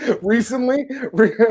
Recently